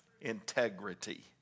integrity